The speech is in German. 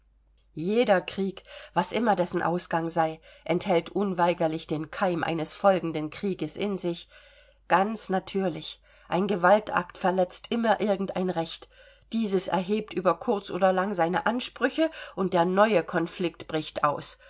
jeder krieg was immer dessen ausgang sei enthält unweigerlich den keim eines folgenden krieges in sich ganz natürlich ein gewaltakt verletzt immer irgend ein recht dieses erhebt über kurz oder lang seine ansprüche und der neue konflikt bricht aus